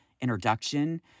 introduction